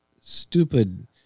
stupid